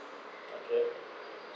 okay